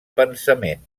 pensament